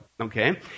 Okay